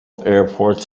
airports